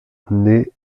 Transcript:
naît